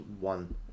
one